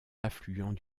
affluent